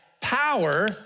power